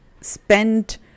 spent